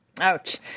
Ouch